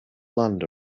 land